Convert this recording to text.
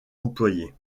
employées